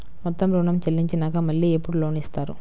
మొత్తం ఋణం చెల్లించినాక మళ్ళీ ఎప్పుడు లోన్ ఇస్తారు?